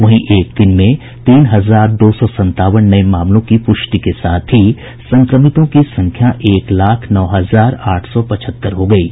वहीं एक दिन में तीन हजार दो सौ संतावन नये मामलों की पुष्टि के साथ ही संक्रमितों की संख्या एक लाख नौ हजार आठ सौ पचहत्तर हो गयी है